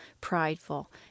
prideful